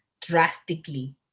drastically